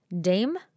Dame